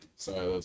Sorry